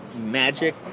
magic